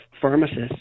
Pharmacists